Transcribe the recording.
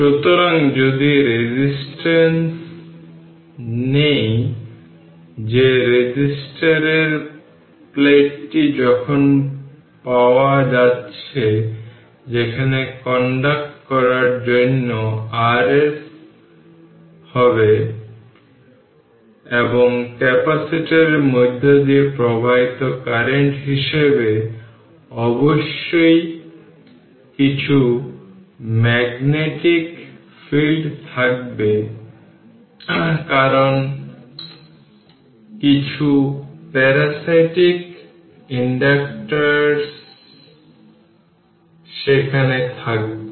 সুতরাং যদি রেজিস্ট্যান্স নিই যে ক্যাপাসিটরের প্লেটটি যেখানে পাওয়া যাচ্ছে সেখানে কন্ডাক্ট করার জন্য Rs হবে এবং ক্যাপাসিটরের মধ্য দিয়ে প্রবাহিত কারেন্ট হিসাবে অবশ্যই কিছু ম্যাগনেটিক ফিল্ড থাকতে হবে কারণ কিছু প্যারাসিটিক ইন্ডাকট্যান্সও সেখানে থাকবে